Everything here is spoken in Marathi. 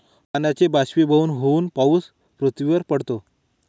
पाण्याचे बाष्पीभवन होऊन पाऊस पृथ्वीवर पडतो